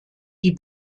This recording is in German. die